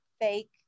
fake